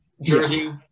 jersey